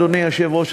אדוני היושב-ראש,